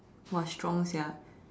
!wah! strong sia